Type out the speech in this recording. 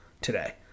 today